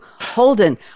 Holden